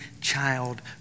child